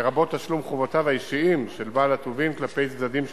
לרבות תשלום חובותיו האישיים של בעל הטובין כלפי צדדים שלישיים,